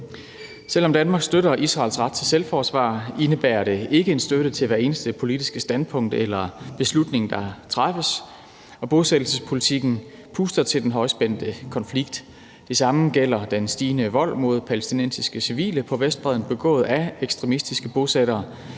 Selv om Danmark støtter Israels ret til selvforsvar, indebærer det ikke en støtte til hvert eneste politisk standpunkt eller beslutning, der træffes, og bosættelsespolitikken puster til den højspændte konflikt. Det samme gælder den stigende vold mod palæstinensiske civile på Vestbredden begået af ekstremistiske bosættere,